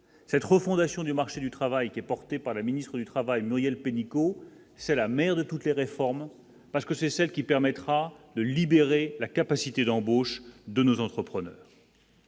cette refondation du marché du travail qui est porté par la ministre du Travail, Muriel Pénicaud, c'est la mère de toutes les réformes parce que c'est celle qui permettra de libérer la capacité d'embauche de nos entrepreneurs.